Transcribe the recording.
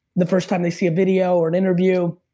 the first time they see a video or an interview,